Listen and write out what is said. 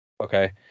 okay